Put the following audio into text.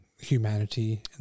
humanity